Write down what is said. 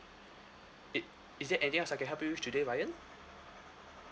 it is there anything else I can help you with today ryan